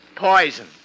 Poison